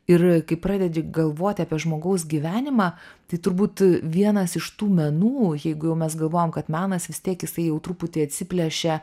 ir kai pradedi galvot apie žmogaus gyvenimą tai turbūt vienas iš tų menų jeigu jau mes galvojam kad menas vis tiek jisai jau truputį atsiplėšia